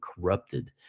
corrupted